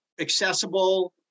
accessible